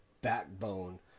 backbone